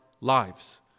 lives